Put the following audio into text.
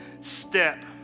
step